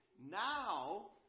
Now